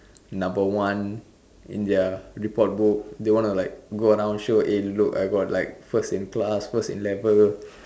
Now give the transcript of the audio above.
number one in their report book they want to like go around show eh look I got like first in class first in level